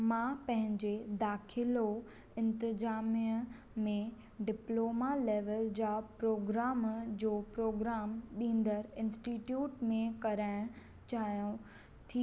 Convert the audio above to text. मां पंहिंजो दाख़िलो इंतिज़ामिया में डिप्लोमा लेवल जा प्रोग्राम जो प्रोग्राम ॾींदड़ इन्स्टिट्यूट में कराइणु चाहियां थी